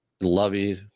lovey